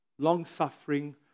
long-suffering